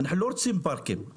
אנחנו לא רוצים פארקים,